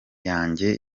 yanjye